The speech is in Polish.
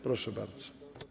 Proszę bardzo.